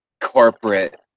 corporate